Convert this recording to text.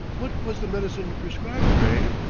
what was the medicine you prescribed, gray?